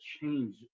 change